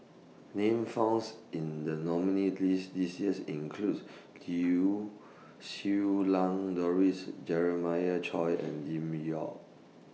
Names found in The nominees' list This Year include Lau Siew Lang Doris Jeremiah Choy and Lim Yau